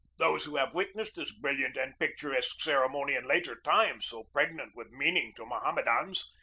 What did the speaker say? those who have witnessed this brilliant and pictur esque ceremony in later times, so pregnant with meaning to mohammedans,